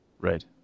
Right